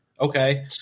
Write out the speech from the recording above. okay